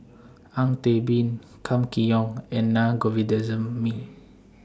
Ang Teck Bee Kam Kee Yong and Naa Govindasamy